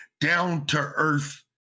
down-to-earth